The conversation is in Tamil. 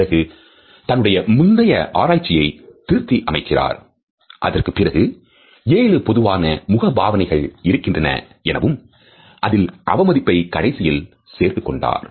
ஆனால் பிறகு தன்னுடைய முந்தைய ஆராய்ச்சியை திருத்தி அமைக்கிறார் அதற்குப் பிறகு 7 பொதுவான முகபாவனைகள் இருக்கின்றன எனவும் அதில் அவமதிப்பை கடைசியில் சேர்த்துக் கொண்டார்